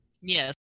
Yes